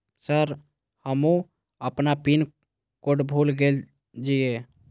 Sir हमू अपना pin code भूल गेल जीये?